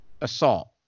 assault